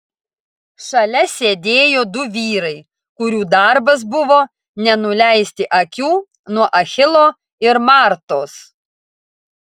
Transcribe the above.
šalia sėdėjo du vyrai kurių darbas buvo nenuleisti akių nuo achilo ir martos